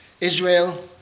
Israel